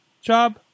job